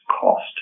cost